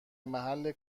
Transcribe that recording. محل